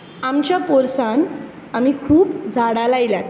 आमच्या पोरसान आमी खूब झाडां लायल्यात